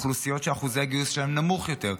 אוכלוסיות שאחוזי הגיוס שלהם נמוך יותר,